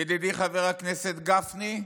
ידידי חבר הכנסת גפני,